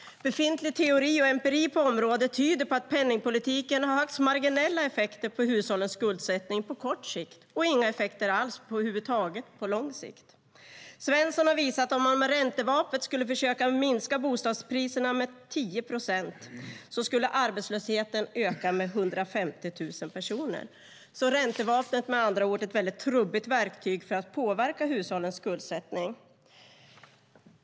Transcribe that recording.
Befintlig teori och empiri på området tyder på att penningpolitiken har högst marginella effekter på hushållens skuldsättning på kort sikt och inga effekter alls på lång sikt. Svensson har visat att om man med räntevapnet skulle försöka minska bostadspriserna med 10 procent skulle arbetslösheten öka med 150 000 personer. Räntevapnet är med andra ord ett mycket trubbigt verktyg för att påverka hushållens skuldsättning.